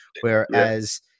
Whereas